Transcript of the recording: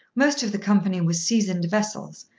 most of the company were seasoned vessels,